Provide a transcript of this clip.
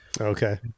okay